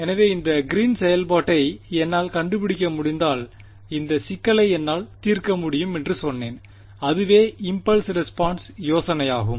எனவே இந்த green's green's செயல்பாட்டை என்னால் கண்டுபிடிக்க முடிந்தால் இந்த சிக்கலை என்னால் தீர்க்க முடியும் என்று சொன்னேன் அதுவே இம்பல்ஸ் ரெஸ்பான்ஸ் யோசனையாகும்